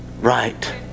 right